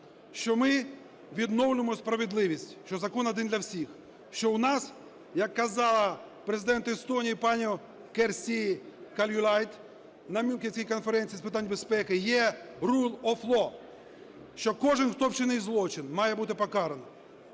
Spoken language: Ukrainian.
що ми відновлюємо справедливість, що закон один для всіх, що в нас, як казала Президент Естонії пані Керсті Кальюлайд на Мюнхенській конференції з питань безпеки, є rule of law, що кожен, хто вчинив злочин, має бути покараний.